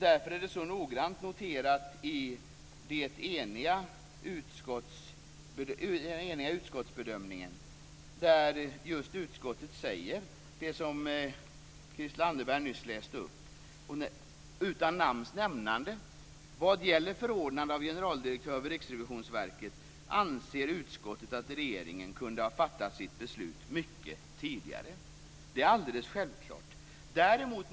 Därför är detta så noggrant noterat i den eniga utskottsbedömningen, där utskottet säger det som Christel Anderberg nyss läste upp. Utan namns nämnande vad gäller förordnande av generaldirektör för Riksrevisionsverket anser utskottet att regeringen kunde ha fattat sitt beslut mycket tidigare. Det är alldeles självklart.